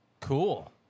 Cool